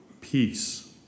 peace